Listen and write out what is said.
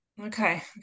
Okay